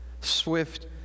Swift